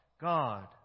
God